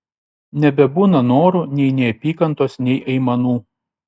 nebebūna norų nei neapykantos nei aimanų